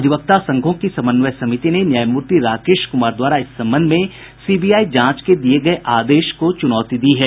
अधिवक्ता संघों की समन्वय समिति ने न्यायमूर्ति राकेश कुमार द्वारा इस संबंध में सीबीआई जांच के दिये गये आदेश को चुनौती दी है